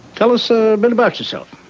tell us a bit about yourself.